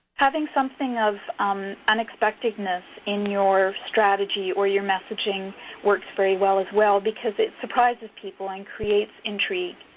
having something of unexpectedness in your strategy or your messages works very well, as well, because it surprises people and creates intrigue.